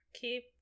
keep